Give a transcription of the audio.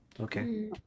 Okay